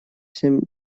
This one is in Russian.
всем